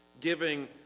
giving